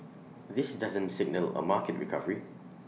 this doesn't signal A market recovery